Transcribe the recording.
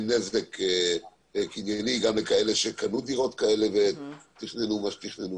נזק קנייני גם לאלה שקנו דירות כאלה ותכננו מה שתכננו